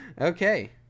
Okay